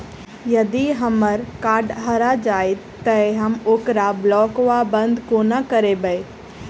यदि हम्मर कार्ड हरा जाइत तऽ हम ओकरा ब्लॉक वा बंद कोना करेबै?